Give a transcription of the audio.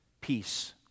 peace